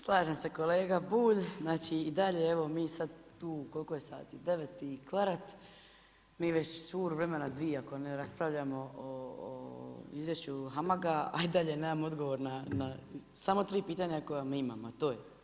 Slažem se kolega Bulj, znači i dalje, evo mi sad tu, koliko je sati, 9 i 15, mi već vuru vremena, dvije, ako ne raspravljamo izvješće HAMAG-a a i dalje nemam odgovor na samo tri pitanja koja imam, a to je.